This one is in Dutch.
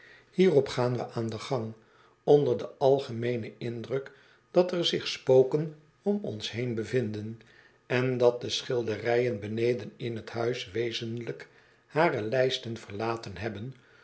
hierop gaan we aan den gang onder den algemeenen indruk dat er zich spoken om ons heen bevinden en dat de schil derijen beneden in t huis wezenlijk hare lijsten verlaten hebben